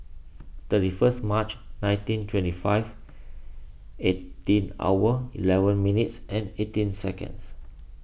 thirty first March nineteen twenty five eighteen hour eleven minutes and eighteen seconds